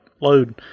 load